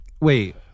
Wait